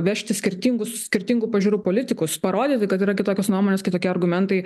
vežti skirtingus skirtingų pažiūrų politikus parodyti kad yra kitokios nuomonės kitokie argumentai